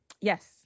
Yes